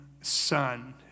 son